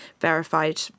verified